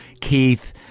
Keith